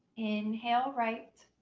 inhale right.